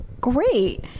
great